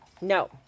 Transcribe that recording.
No